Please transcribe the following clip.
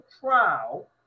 trial